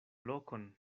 lokon